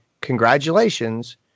congratulations